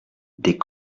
des